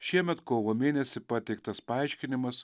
šiemet kovo mėnesį pateiktas paaiškinimas